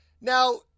Now